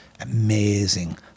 amazing